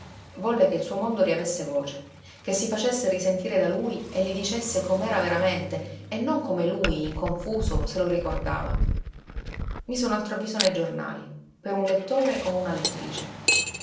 volle che il suo mondo riavesse voce che si facesse risentire da lui e gli dicesse com'era veramente e non come lui in confuso se lo ricordava mise un altro avviso nei giornali per un lettore o una lettrice